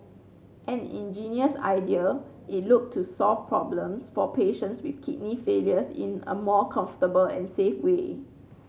an ingenious idea it looks to solve problems for patients with kidney failures in a more comfortable and safe way